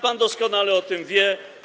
Pan doskonale o tym wie.